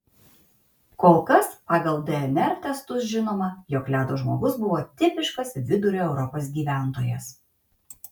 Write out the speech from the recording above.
kol kas pagal dnr testus žinoma jog ledo žmogus buvo tipiškas vidurio europos gyventojas